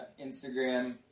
Instagram